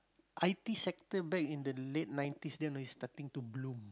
i_t sector back in the late nineties then is starting to bloom